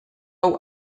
hau